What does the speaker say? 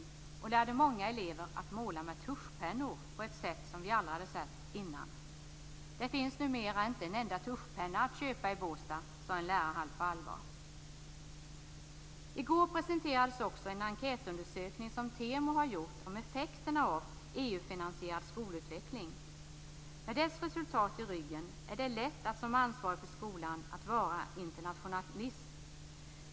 Läraren lärde många elever att måla med tuschpennor på ett sätt som man aldrig hade sett tidigare. Det finns numera inte en enda tuschpenna att köpa i Båstad, sade en lärare halvt på allvar. I går presenterades också en enkätundersökning som Temo har gjort om effekterna av EU-finansierad skolutveckling. Med dess resultat i ryggen är det lätt, som ansvarig för skolan, att vara internationalist.